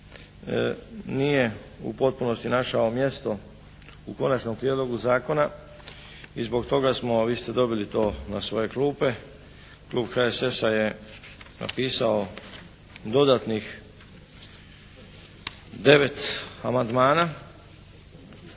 nije u potpunosti našao mjesto u konačnom prijedlogu zakona. I zbog toga smo, vi ste dobili to na svoje klupe. Klub HSS-a je napisao dodatnih 9 amandmana